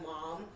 mom